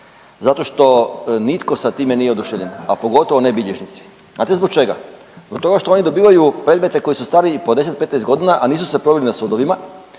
zato što nitko sa time nije oduševljen, a pogotovo ne bilježnici. Znate zbog čega? Zbog toga što oni dobivaju predmete koji su stari i po 10, 15 godina, a nisu se proveli na sudovima